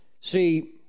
See